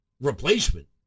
replacement